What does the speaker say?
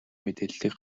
мэдээллийг